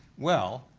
well,